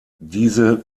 diese